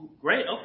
great